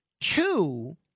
Two